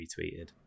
retweeted